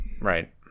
right